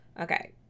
Okay